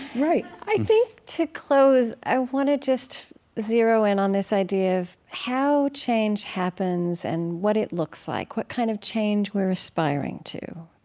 right i think to close i want to just zero in on this idea of how change happens and what it looks like. what kind of change we're aspiring to,